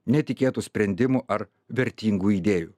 netikėtų sprendimų ar vertingų idėjų